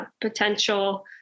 potential